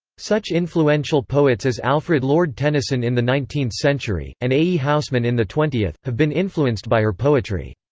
such influential poets as alfred lord tennyson in the nineteenth century, and a. e. housman in the twentieth, have been influenced by her poetry.